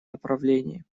направлении